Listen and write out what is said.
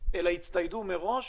אלא הצטיידו מראש.